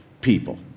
people